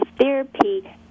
therapy